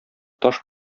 таш